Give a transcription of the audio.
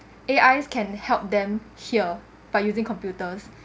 A_I can help them here by using computers